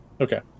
Okay